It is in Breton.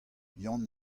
yann